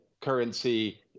currency